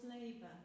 labour